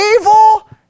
evil